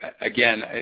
again